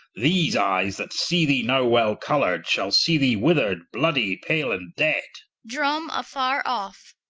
these eyes that see thee now well coloured, shall see thee withered, bloody, pale, and dead. drum a farre off.